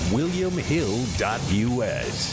WilliamHill.us